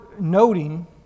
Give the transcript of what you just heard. noting